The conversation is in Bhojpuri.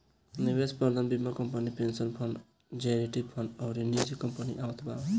निवेश प्रबंधन बीमा company, pension fund, charity fund अउरी निजी कंपनी आवत बानी